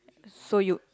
so you